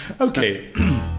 Okay